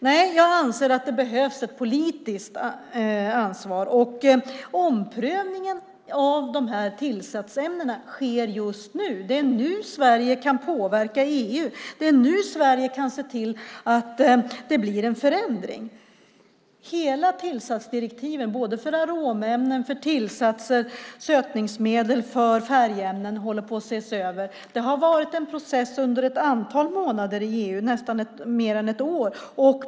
Nej, jag anser att det behövs ett politiskt ansvar. Omprövningen av tillsatsämnena sker just nu. Det är nu Sverige kan påverka EU. Det är nu Sverige kan se till att det blir en förändring. Tillsatsdirektiven för aromämnen, tillsatser, sötningsmedel och färgämnen håller på att ses över. Det har skett en process under ett antal månader i EU, mer än ett år.